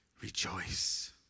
rejoice